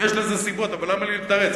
יש לזה סיבות, אבל למה לי לתרץ.